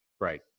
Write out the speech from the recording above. Right